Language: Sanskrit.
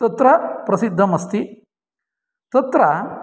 तत्र प्रसिद्धम् अस्ति तत्र